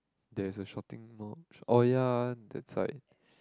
there is a shopping mall oh ya ah that side